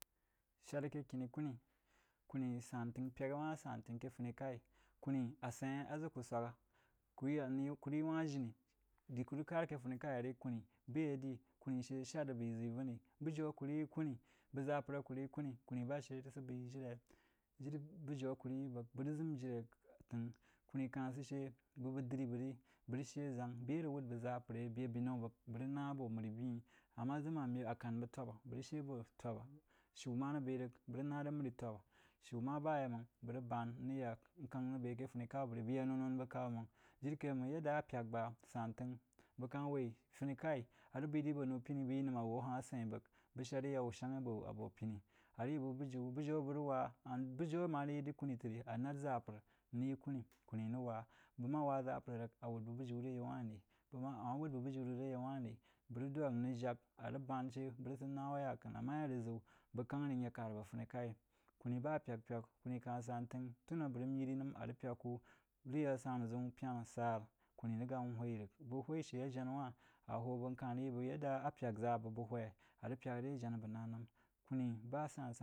Shár aké khiní-kūnī, san tən, py’əík wānh santən aké funi-k’aí. Kuni, asən-h a ʒə ku swāgh ku iya kù` rəg yí wánh jiní-di kú rəg kár aké funi-k’aú rí kūnī, bē di kūni shə shād rəg beī ʒəu ⱱunī, bujiú a jú rəg yí kūní, bəg ʒāpər a kū rəg yí kūní, kūní ba shə rəg sə beí jir re. Jiri-bujiú a kú rəg yí bəgk bəg ʒəm jirí eh t’əngh kūni ka’hn sə shə bəg bəgk diri bəg-ri bəg shə ʒang, bē ȧ rəg na abō məri byi-í rí – amma ʒəm a kān bəg t’ōp, ꞌb, bəg rəg shə abō t’ōp’b shiú má rəg b’eí rəg, bəg rəg ná ré məri t’op’b, shiú ma ba yei máng, bəg rəg bān, n rəg ya k n kāng rəg bē ké funi-k’au bəg ri bəg ya noū-noū bəg k’aí máng jiri kai’ mang ya dda á py’ək bá santən bəg ká-hn waí funi-k’aí, a rəg beí diri abō nou-pinú bəg yí nəm aha-nh asəin-ī bog, bog shād rəg ya wú shangha-ī abō bō piní. Á rəg yí bəg bujiú, nujiú a bəg rəg wá, and bujiu amma rəg yí jiri kūní trí – a nād ʒapər n rəg yí kūníkūní rəg wá, bəg má wá ʒapər rəg, a wǔd bog bujiú aré yaú whuh ri-bəg ma, ammá wǔd bəg bujiú rəg aré yaú wanh rí, bəg rəg dwak n jak, a rəg bān shə, bəg rəg sə na wō yak’ənəgh, ama yé rəg ʒəu bəg rəg kang-rí n yé kar abō funí-k’a kūní bá pyak pyak, kūní ka-hn san tən tūn a bəg nəm yiri nəm a rəg pyak kú rəg yak sānú ʒəun, pəna, sārə kūní riga n hwaí rəg, bəg hwaí shə àjáná wanh a hō bəg n kahn rəg yi bəg yādda a pyak ʒə́ bəg bəg hwaí a ka-hn rəg pyak ré janá-bəg ná nəm. Kūní bá san sānà.